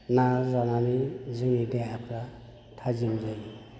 ना जानानै जोंनि देहाफ्रा थाजिम जायो